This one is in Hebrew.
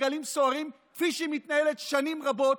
בגלים סוערים כפי שהיא מתנהלת שנים רבות,